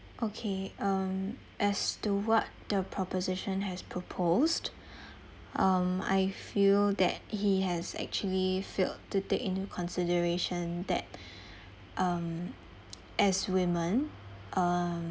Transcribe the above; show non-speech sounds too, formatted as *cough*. okay um as to what the proposition has proposed *breath* um I feel that he has actually failed to take into consideration that *breath* um as women um